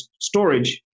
storage